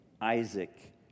Isaac